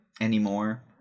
anymore